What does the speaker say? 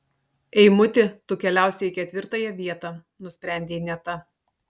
eimuti tu keliausi į ketvirtąją vietą nusprendė ineta